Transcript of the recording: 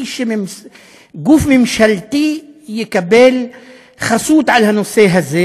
היא שגוף ממשלתי יקבל חסות על הנושא הזה,